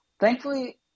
thankfully